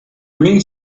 green